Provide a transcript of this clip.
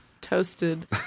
toasted